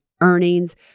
earnings